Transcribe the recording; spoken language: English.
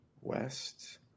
West